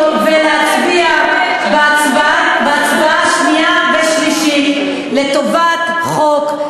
ולהצביע בקריאה השנייה והשלישית לטובת החוק,